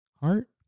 heart